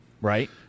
Right